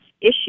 issue